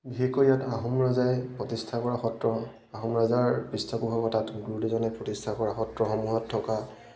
বিশেষকৈ ইয়াত আহোম ৰজাই প্ৰতিষ্ঠা কৰা সত্ৰ আহোম ৰজাৰ পৃষ্ঠপোষকতাত গুৰুদুজনাই প্ৰতিষ্ঠা কৰা সত্ৰসমূহত থকা